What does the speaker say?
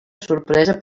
sorpresa